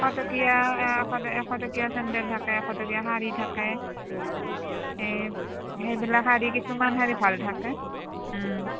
এশ টকীয়া এশ টকীয়া এশ টকীয়া চেণ্ডেল থাকে এশ টকীয়া শাৰী থাকে এই সেইবিলাক শাৰী কিছুমান শাৰী ভাল থাকে